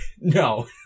No